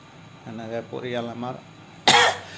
সেনেকে পৰিয়াল আমাৰ